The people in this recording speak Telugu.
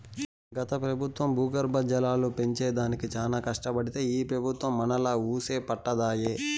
గత పెబుత్వం భూగర్భ జలాలు పెంచే దానికి చానా కట్టబడితే ఈ పెబుత్వం మనాలా వూసే పట్టదాయె